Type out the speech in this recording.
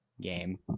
game